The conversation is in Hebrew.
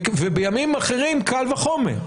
ובימים אחרים קל וחומר.